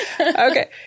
Okay